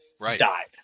died